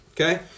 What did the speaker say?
okay